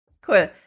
Cool